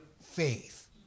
faith